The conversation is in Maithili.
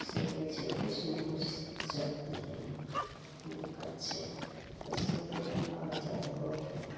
से कहै छै किछु ने किछु जल्दी से दिक्कत छै पइसोके आओर जगहोके